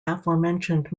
aforementioned